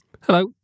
Hello